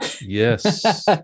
Yes